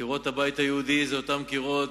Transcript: קירות הבית היהודי הם אותם קירות,